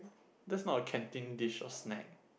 that's not our canteen dish or snack